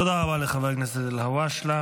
תודה רבה לחבר הכנסת אלהואשלה.